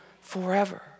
forever